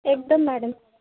ایک دَم میڈم